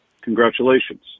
Congratulations